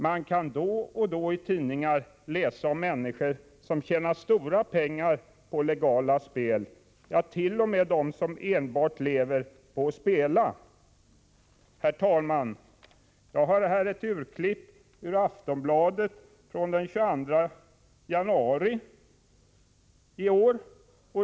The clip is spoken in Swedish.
Man kan då och då i tidningar läsa om människor som tjänar stora pengar på legala spel, ja, t.o.m. sådana som enbart lever på att spela. Herr talman! Jag har här ett urklipp ur Aftonbladet från den 21 januari i år.